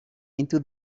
into